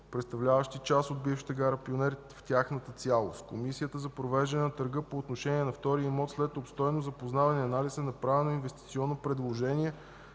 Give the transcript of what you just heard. представляващи част от бившата гара Пионер в тяхната цялост. Комисията за провеждане на търга по отношение на втория имот след обстойно запознаване и анализ е направила инвестиционно предложение